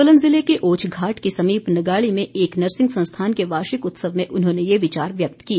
सोलन ज़िले के ओच्छघाट के समीप नगाली में एक नर्सिंग संस्थान के वार्षिक उत्सव में उन्होंने ये विचार व्यक्त किए